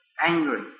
angry